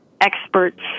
experts